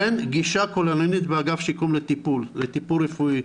אין גישה כוללנית באגף שיקום לטיפול רפואי,